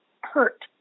hurt